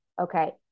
okay